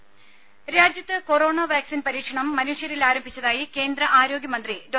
ദേദ രാജ്യത്ത് corona vaccine പരീക്ഷണം മനുഷ്യരിൽ ആരംഭിച്ചതായി കേന്ദ്ര ആരോഗ്യമന്ത്രി ഡോ